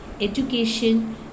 education